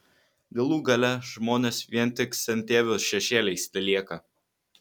galų gale žmonės vien tik sentėvių šešėliais telieka